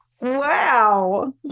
wow